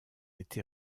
été